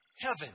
heaven